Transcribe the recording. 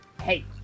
hey